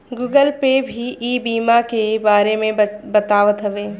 Google Pay भी ई बीमा के बारे में बतावत हवे